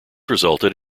resulted